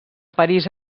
parís